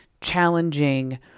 challenging